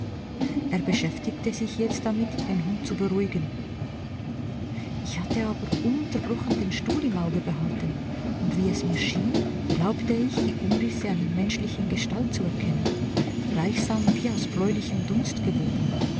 er beschäftigte sich jetzt damit den hund zu beruhigen ich hatte aber ununterbrochen den stuhl im auge behalten und wie es mir schien glaubte ich die umrisse einer menschlichen gestalt zu erkennen gleichsam wie aus bläulichem dunst gewoben